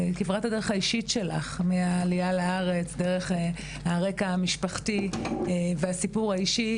כברת הדרך האישית שלך מהעלייה לארץ דרך הרקע המשפחתי והסיפור האישי,